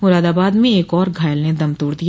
मुरादाबाद में एक और घायल ने दम तोड़ दिया